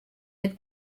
dit